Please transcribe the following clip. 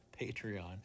Patreon